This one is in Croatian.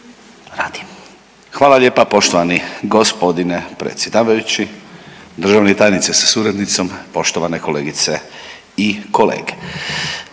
Hvala lijepa poštovani gospodine predsjedavajući. Državni tajniče sa suradnicom, poštovane kolegice i kolege,